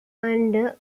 under